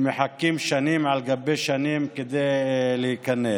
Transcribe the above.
הם מחכים שנים על גבי שנים כדי להיכנס.